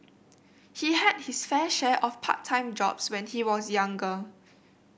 he had his fair share of part time jobs when he was younger